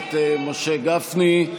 הכנסת משה גפני.